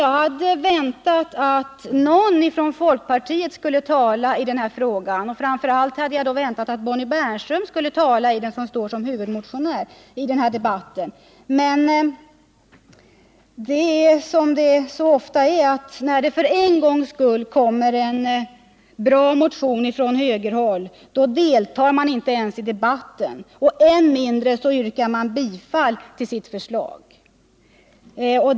Jag hade väntat mig att någon från folkpartiet skulle ha talat i frågan. Framför allt hade jag då väntat mig att Bonnie Bernström skulle ha talat som står som huvudmotionär i debatten. Men som så ofta när det för en gångs skull kommer en bra motion från högerhåll, så deltar man inte ens i debatten, än mindre yrkar man bifall till sitt förslag.